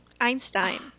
Einstein